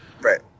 Right